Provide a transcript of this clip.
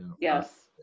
Yes